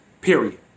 period